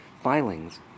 filings